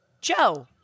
Joe